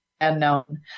unknown